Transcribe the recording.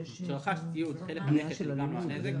שרכש ציוד חלף הנכס שנגרם לו הנזק,